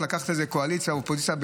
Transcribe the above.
לא לקחת את זה קואליציה אופוזיציה,